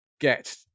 get